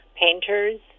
painters